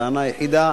תפאדל.